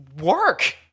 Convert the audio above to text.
work